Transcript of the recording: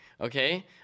okay